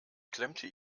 klemmte